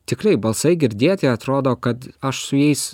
tikrai balsai girdėti atrodo kad aš su jais